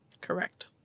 Correct